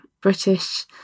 British